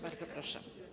Bardzo proszę.